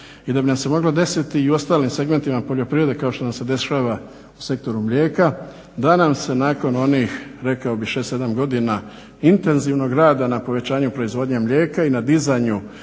i da bi nam se moglo desiti i u ostalim segmentima poljoprivrede kao što nam se dešava u sektoru mlijeka da nam se nakon onih 6, 7 godina intenzivnog rada na povećanju proizvodnje mlijeka i na dizanju